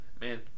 Man